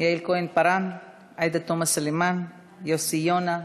יעל כהן-פארן, עאידה תומא סלימאן, יוסי יונה,